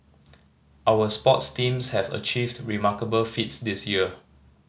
our sports teams have achieved remarkable feats this year